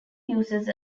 uses